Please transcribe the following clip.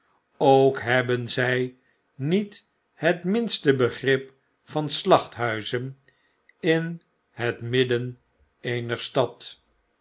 ook hebben zij niet het minste begrip van slachthuizen in het midden eener stad